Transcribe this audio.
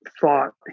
thought